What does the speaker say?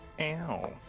Ow